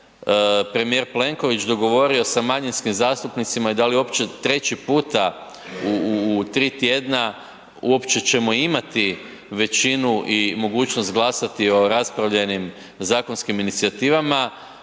premijer Plenković dogovorio sa manjinskim zastupnicima i da li uopće treći puta u tri tjedna uopće ćemo imati većinu i mogućnost glasati o raspravljenim zakonskim inicijativama.